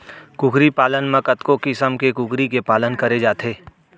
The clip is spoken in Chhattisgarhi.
कुकरी पालन म कतको किसम के कुकरी के पालन करे जाथे